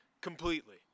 completely